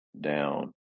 down